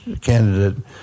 candidate